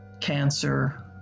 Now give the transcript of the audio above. cancer